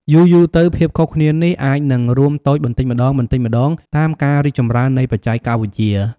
យូរៗទៅ ភាពខុសគ្នានេះអាចនឹងរួមតូចបន្តិចម្ដងៗតាមការរីកចម្រើននៃបច្ចេកវិទ្យា។